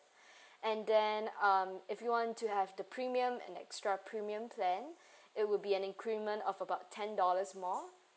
and then um if you want to have the premium and extra premium plan it would be an increment of about ten dollars more